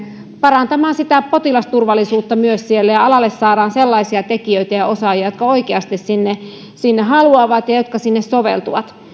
parantamaan potilasturvallisuutta myös siellä ja alalle saadaan sellaisia tekijöitä ja osaajia jotka oikeasti sinne sinne haluavat ja jotka sinne soveltuvat